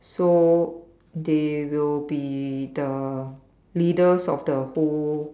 so they will be the leaders of the whole